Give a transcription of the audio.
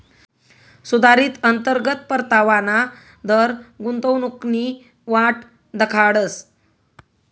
सुधारित अंतर्गत परतावाना दर गुंतवणूकनी वाट दखाडस